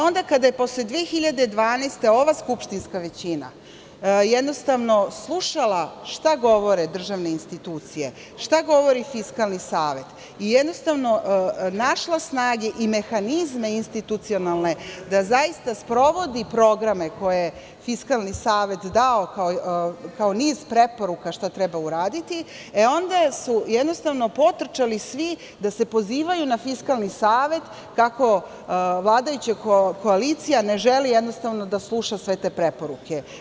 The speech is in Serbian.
Onda, kada je posle 2012. godine ova skupštinska većina slušala šta govore državne institucije, šta govori Fiskalni savet i našla snage i mehanizme institucionalne da zaista sprovodi programe koje je Fiskalni savet dao kao niz preporuka šta treba uraditi, onda su potrčali svi da se pozivaju na Fiskalni savet, kako vladajuća koalicija ne želi da sluša sve te preporuke.